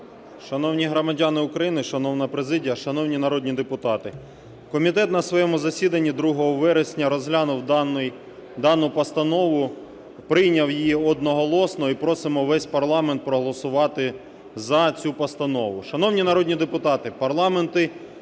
Шановні громадяни України, шановна президія, шановні народні депутати! Комітет на своєму засіданні 2 вересня розглянув дану постанову, прийняв її одноголосно, і просимо весь парламент проголосувати за цю постанову. Шановні народні депутати, парламенти